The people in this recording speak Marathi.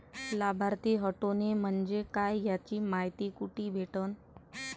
लाभार्थी हटोने म्हंजे काय याची मायती कुठी भेटन?